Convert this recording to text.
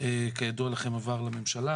כידוע לכם, עבר לממשלה.